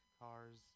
cars